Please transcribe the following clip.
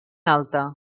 alta